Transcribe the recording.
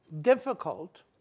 difficult